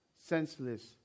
senseless